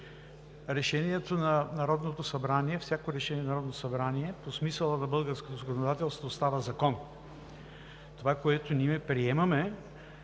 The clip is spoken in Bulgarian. нещо за протокола. Всяко решение на Народното събрание по смисъла на българското законодателство става закон. Това, което ние приемаме